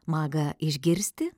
maga išgirsti